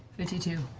fifty two.